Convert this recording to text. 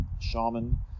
shaman